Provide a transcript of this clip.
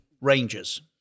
Rangers